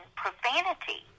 profanity